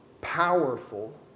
powerful